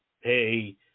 hey